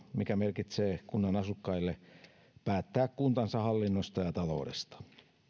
mikä merkitsee kunnan asukkaille oikeutta päättää kuntansa hallinnosta ja taloudesta